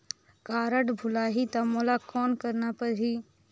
Card भुलाही ता मोला कौन करना परही?